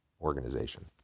organization